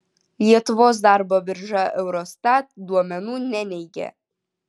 lietuvos darbo birža eurostat duomenų neneigia